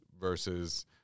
versus